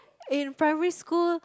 in primary school